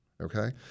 okay